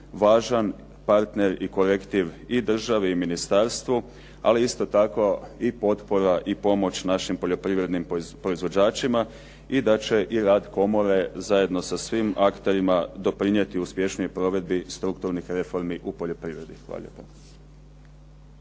važan partner i korektiv i države i ministarstvu ali isto tako i potpora i pomoć našim poljoprivrednim proizvođačima i da će i rad komore zajedno sa svim akterima doprinijeti uspješnijoj provedbi strukturnih reformi u poljoprivredi. Hvala